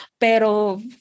Pero